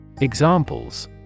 Examples